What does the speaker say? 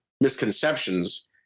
misconceptions